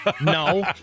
no